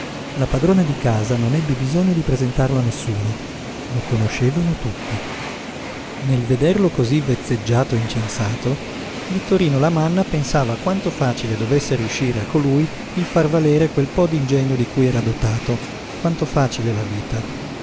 la padrona di casa non ebbe bisogno di presentarlo a nessuno lo conoscevano tutti nel vederlo cosí vezzeggiato e incensato vittorino lamanna pensava quanto facile dovesse riuscire a colui il far valere quel po d'ingegno di cui era dotato quanto facile la vita